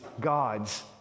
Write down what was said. God's